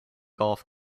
golf